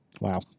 wow